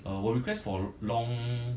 uh 我 request for long